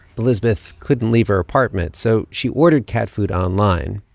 elizabeth couldn't leave her apartment, so she ordered cat food online.